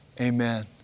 Amen